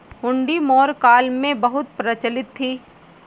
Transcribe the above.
हुंडी मौर्य काल में बहुत प्रचलित थी